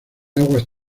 aguas